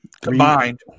Combined